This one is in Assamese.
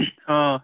অঁ